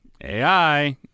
AI